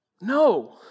No